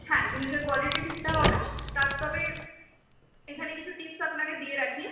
হ্যাঁ জিনিসের কোয়ালিটি ঠিকঠাক হবে তা তবে এখানে কিছু টিপস আপনাকে দিয়ে রাখি